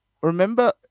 Remember